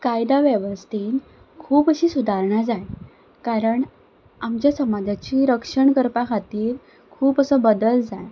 कायदा वेवस्थेन खूब अशीं सुदारणा जाय कारण आमच्या समाजाची रक्षण करपा खातीर खूब असो बदल जाय